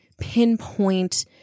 pinpoint